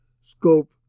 scope